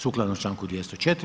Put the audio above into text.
Sukladno članku 204.